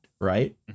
right